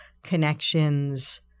connections